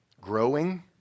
Growing